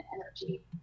energy